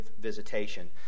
visitation